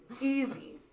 Easy